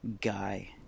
guy